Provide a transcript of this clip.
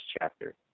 chapter